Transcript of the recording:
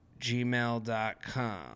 gmail.com